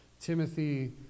Timothy